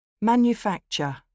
Manufacture